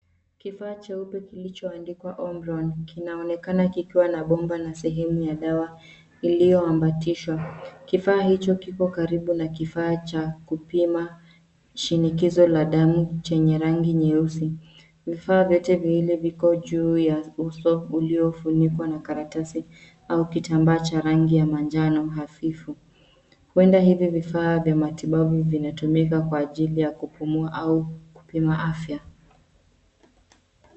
Kifa cheupe kilichoandikwa omron , kinaonekana kikua na bomba na sehemu ya dawa ilioambatishwa. Kifaa hicho kiko karibu na kifaa cha kupima shinikizo la damu chenye rangi nyeusi. Vifaa vyote viwili viko juu ya uso uliofunikuwa na karatasi au kitambaa cha rangi ya manjano hafifu. Huenda hivi vifaa vya matibabu vinatumika kwa ajili ya kupumua au kupima afya.